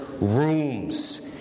rooms